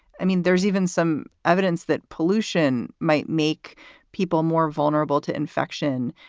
i mean, there's even some evidence that pollution might make people more vulnerable to infection.